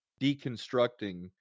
deconstructing